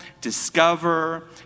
discover